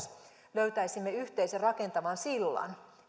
löytäisimme yhteisen rakentavan sillan